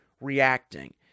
reacting